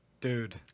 dude